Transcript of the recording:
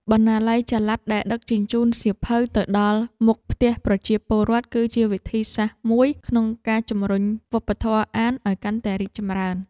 បណ្ណាល័យចល័តដែលដឹកជញ្ជូនសៀវភៅទៅដល់មុខផ្ទះប្រជាពលរដ្ឋ គឺជាវិធីសាស្ត្រថ្មីមួយក្នុងការជំរុញវប្បធម៌អានឱ្យកាន់តែរីកចម្រើន។